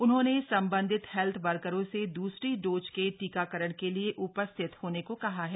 उन्होंने संबंधित हेल्थ वर्करों से दूसरी डोज के टीकाकरण के लिये उपस्थित होने को कहा है